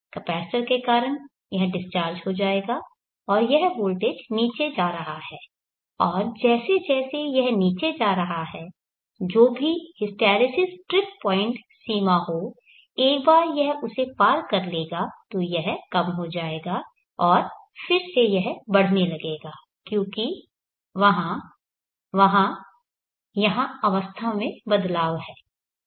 capacitor के कारण यह डिस्चार्ज हो जाएगा और यह वोल्टेज नीचे जा रहा है और जैसे जैसे यह नीचे जा रहा है जो भी हिस्टैरिसीस ट्रिप पॉइंट सीमा होएक बार यह उसे पार कर लेगा तो यह कम हो जाएगा और फिर से यह बढ़ने लगेगा क्योंकि वहाँ वहाँ यहां अवस्था में बदलाव है